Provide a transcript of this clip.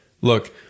Look